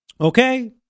Okay